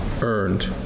earned